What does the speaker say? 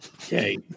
okay